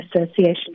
association